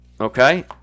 okay